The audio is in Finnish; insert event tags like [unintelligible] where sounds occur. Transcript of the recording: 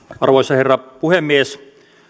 [unintelligible] arvoisa herra puhemies